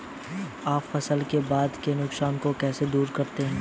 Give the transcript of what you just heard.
आप फसल के बाद के नुकसान को कैसे दूर करते हैं?